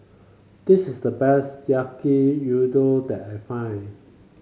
this is the best Yaki Udon that I find